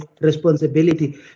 responsibility